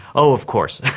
oh of course.